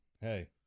hey